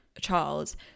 Charles